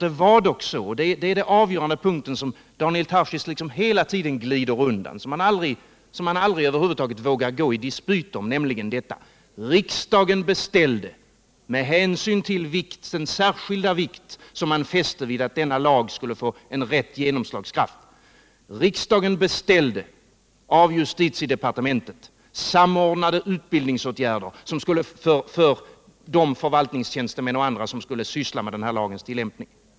Det var dock så — det är den avgörande punkten som Daniel Tarschys hela tiden glider undan och som han aldrig vågar gå i dispyt om — att riksdagen, med hänsyn till den särskilda vikt som man fäste vid att denna lag skulle få genomslagskraft, av justitiedepartementet beställde samordnade utbildningsåtgärder för de förvaltningstjänstemän och andra som skulle syssla med lagens tillämpning.